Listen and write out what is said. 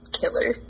Killer